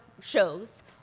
shows